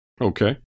Okay